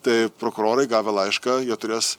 tai prokurorai gavę laišką jie turės